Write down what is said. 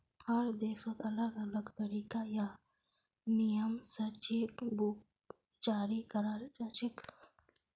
हर देशत अलग अलग तरीका या नियम स चेक बुक जारी कराल जाछेक